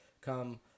come